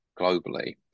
globally